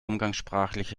umgangssprachlich